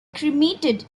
cremated